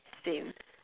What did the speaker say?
same